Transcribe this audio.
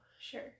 sure